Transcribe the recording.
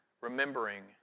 remembering